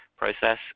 process